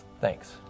Thanks